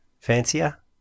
Fancier